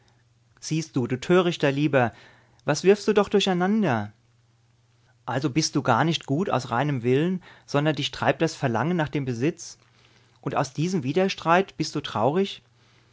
siehst du du törichter lieber was wirfst du doch durcheinander also bist du gar nicht gut aus reinem willen sondern dich treibt das verlangen nach dem besitz und aus diesem widerstreit bist du traurig